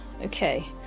Okay